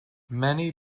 many